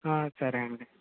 సరే అండి